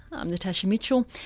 i'm natasha mitchell,